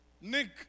Nick